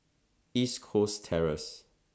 East Coast Terrace